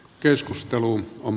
keskustelu on